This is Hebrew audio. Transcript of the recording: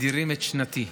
מדירים את שנתי.